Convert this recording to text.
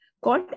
Called